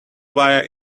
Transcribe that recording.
via